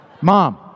Mom